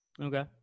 Okay